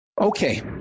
Okay